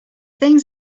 things